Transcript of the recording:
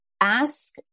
ask